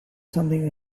something